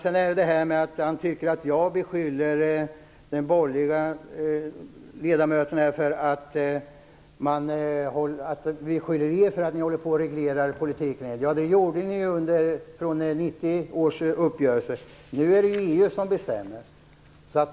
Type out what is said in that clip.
Sedan tycker Ingvar Eriksson att jag beskyller de borgerliga ledamöterna för att reglera politiken. Det gjorde ni ju från 1990 års uppgörelse. Nu är det ju EU som bestämmer.